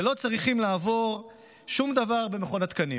ולא צריכים לעבור שום דבר במכון התקנים.